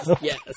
yes